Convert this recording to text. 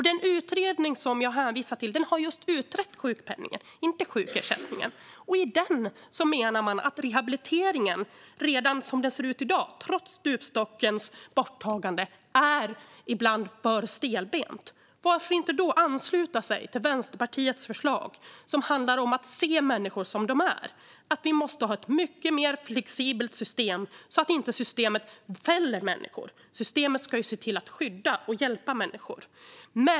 Den utredning som jag hänvisade till har just utrett sjukpenningen, inte sjukersättningen. Man menar att rehabiliteringen, som den ser ut redan i dag, trots stupstockens borttagande ibland är för stelbent. Varför då inte ansluta till Vänsterpartiets förslag, som handlar om att se människor som de är? Vi måste ha ett mycket mer flexibelt system så att det inte fäller människor. Systemet ska skydda och hjälpa människor.